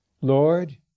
Lord